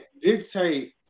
dictate